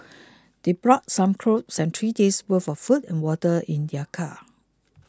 they brought some clothes and three days' worth of food and water in their car